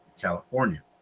California